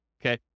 okay